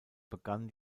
begann